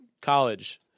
college